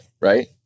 right